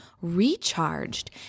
recharged